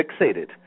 fixated